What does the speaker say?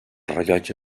rellotge